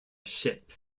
ship